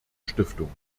stiftung